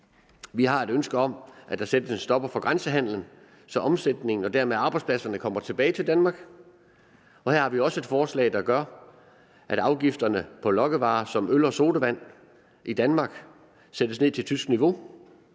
Vi har et ønske om, at der sættes en stopper for grænsehandelen, så omsætningen og dermed arbejdspladserne kommer tilbage til Danmark, og her har vi også et forslag, der gør, at afgifterne på lokkevarer som øl og sodavand i Danmark sættes ned til tysk niveau.